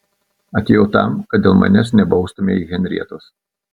atėjau tam kad dėl manęs nebaustumei henrietos